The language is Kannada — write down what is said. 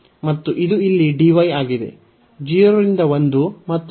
ಮತ್ತು ಇದು ಇಲ್ಲಿ dy ಆಗಿದೆ